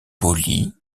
poli